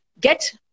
get